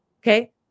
Okay